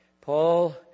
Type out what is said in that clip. Paul